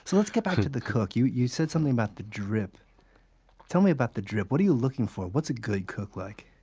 so let's get back to the cook. you you said something about the drip tell me about the drip. what are you looking for? what's a good cook like?